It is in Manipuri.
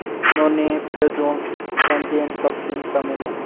ꯅꯣꯅꯦ ꯐ꯭ꯔꯦꯖꯣꯜ ꯆꯥꯟꯗꯦꯜ ꯀꯛꯆꯤꯡ ꯇꯃꯦꯡꯂꯣꯡ